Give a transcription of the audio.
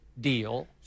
deal